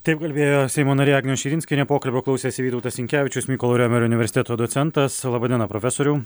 taip kalbėjo seimo narė agnė širinskienė pokalbio klausėsi vytautas sinkevičius mykolo romerio universiteto docentas laba diena profesoriau